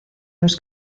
los